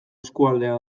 eskualdea